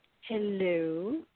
Hello